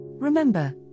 Remember